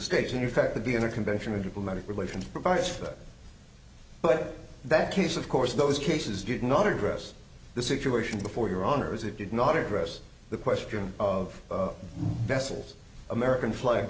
state and in fact the vienna convention of diplomatic relations provides for that but that case of course those cases did not address the situation before your honor's it did not address the question of vessels american flag